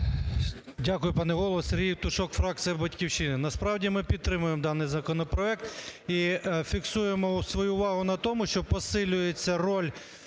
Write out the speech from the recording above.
Дякую, пане Голово. Сергій Євтушок, фракція "Батьківщина". Насправді ми підтримуємо даний законопроект і фіксуємо свою увагу на тому, що посилюється роль